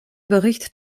bericht